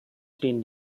stehen